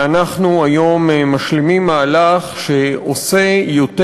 ואנחנו היום משלימים מהלך שעושה יותר